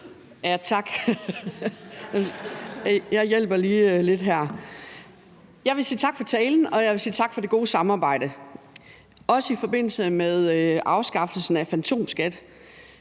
jeg vil sige tak for det gode samarbejde, også i forbindelse med afskaffelsen af fantomskatten.